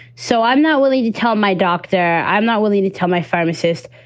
so i'm not willing to tell my doctor. i'm not willing to tell my pharmacist,